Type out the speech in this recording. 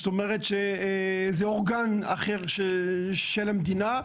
כלומר שזה אורגן אחר של המדינה.